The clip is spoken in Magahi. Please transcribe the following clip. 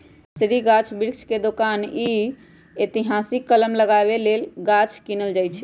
नर्सरी गाछ वृक्ष के दोकान हइ एतहीसे कलम लगाबे लेल गाछ किनल जाइ छइ